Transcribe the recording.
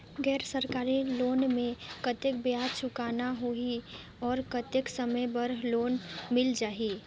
गैर सरकारी लोन मे कतेक ब्याज चुकाना होही और कतेक समय बर लोन मिल जाहि?